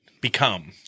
become